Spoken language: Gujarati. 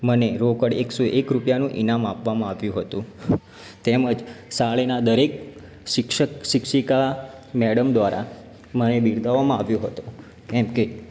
મને રોકડ એક સો એક રૂપિયાનું ઇનામ આપવામાં આવ્યું હતું તેમજ શાળાના દરેક શિક્ષક શિક્ષિકા મૅડમ દ્વારા મને બિરદાવવામાં આવ્યો હતો કેમ કે